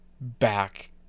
back